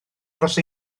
dros